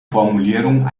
formulierung